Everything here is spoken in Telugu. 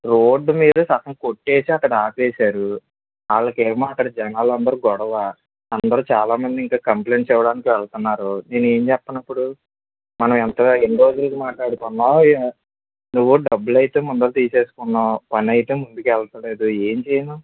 రోడ్ మీద సగం కొట్టేసి అక్కడ ఆపేశారు వాళ్ళకు ఏమో అక్కడ జనాలు అందరు గొడవ అందరు చాలా మంది ఇంకా కంప్లెయింట్స్ ఇవ్వడానికి వెళ్తున్నారు నేను ఏమి చేస్తాను అప్పుడు మనం ఎంతగా ఎన్ని రోజులు నుంచి మాట్లాడుకున్నాం నువ్వు డబ్బులు అయితే ముందు తీసుకున్నావు పని అయితే ముందుకు వెళ్తలేదు ఏమి చేయను